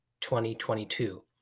2022